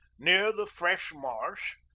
neere the fresh marsh,